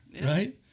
right